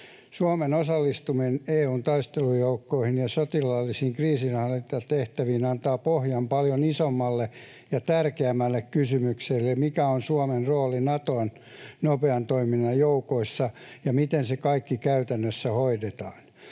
Suomen osallistuminen EU:n taistelujoukkoihin ja sotilaallisiin kriisinhallintatehtäviin antaa pohjan paljon isommalle ja tärkeämmälle kysymykselle: mikä on Suomen rooli Naton nopean toiminnan joukoissa, ja miten se kaikki käytännössä hoidetaan?